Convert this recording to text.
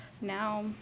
now